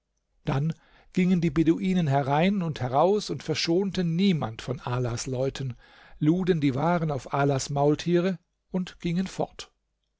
dann gingen die beduinen herein und heraus und verschonten niemanden von alas leuten luden die waren auf alas maultiere und gingen fort